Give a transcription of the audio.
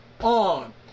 on